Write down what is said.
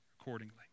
accordingly